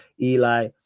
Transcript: Eli